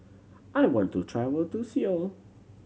I want to travel to Seoul